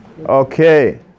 Okay